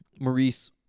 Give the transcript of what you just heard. Maurice